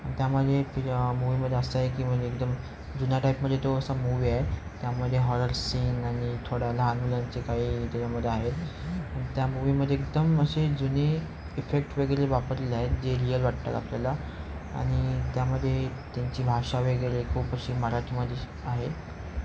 त्यामध्ये ते मूवीमध्ये असं आहे की म्हणजे एकदम जुन्या टाईपमध्ये तो असा मूवी आहे त्यामध्ये हॉर सीन आणि थोडं लहान मुलांचे काही त्याच्यामध्ये आहेत त्या मूवीमध्ये एकदम अशी जुनी इफेक्ट वगैरे वापरले आहेत जे रियल वाटतात आपल्याला आणि त्यामध्ये त्यांची भाषा वगैरे खूप अशी मराठीमध्ये स् आहे